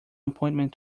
appointment